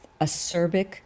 acerbic